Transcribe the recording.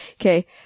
okay